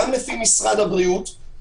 גם לפי משרד הבריאות,